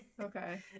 Okay